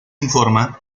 informa